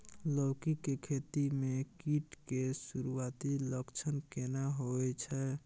लौकी के खेती मे कीट के सुरूआती लक्षण केना होय छै?